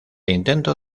intento